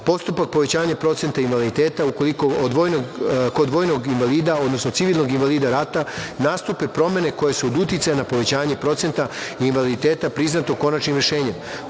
postupak povećanja procenta invaliditeta ukoliko kod vojnog invalida, odnosno civilnog invalida rata nastupe promene koje su od uticaja na povećanje procenta invaliditeta priznatog konačnim rešenjem,